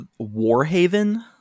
Warhaven